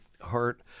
heart